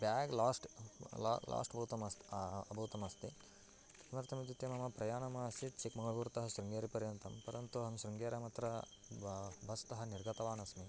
bag last ला last भूतम् अस् अभूतमस्ति किमर्थम् इत्युक्ते मम प्रयाणमासीत् चिक्क्मगळूर्तः शृङ्गेरिपर्यन्तम् परन्तु अहं शृङ्गेर्याम् अत्र ब बस्तः निर्गतवान् अस्मि